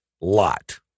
lot